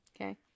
Okay